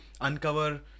uncover